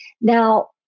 Now